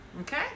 Okay